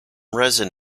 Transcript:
resin